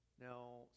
Now